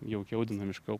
jaukiau dinamiškiau